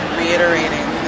reiterating